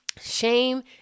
shame